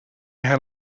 had